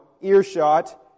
earshot